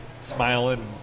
smiling